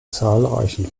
zahlreichen